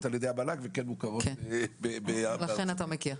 על-ידי המל"ג וכן מוכרות --- לכן אתה מכיר.